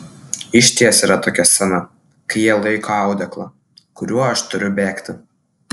išties yra tokia scena kai jie laiko audeklą kuriuo aš turiu bėgti